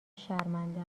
شرمنده